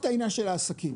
העניין של העסקים.